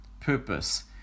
purpose